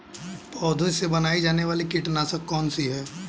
पौधों से बनाई जाने वाली कीटनाशक कौन सी है?